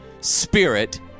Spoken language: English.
spirit